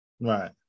right